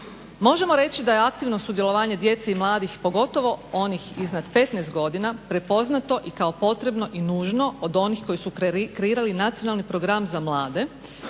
Možemo reći da je aktivno sudjelovanje djece i mladih pogotovo, onih iznad 15 godina prepoznato i kao potrebno i nužno od onih koji su kreirali nacionalni program za mlade,